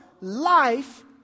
life